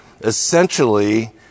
essentially